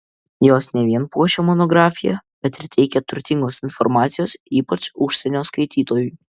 jos ne vien puošia monografiją bet ir teikia turtingos informacijos ypač užsienio skaitytojui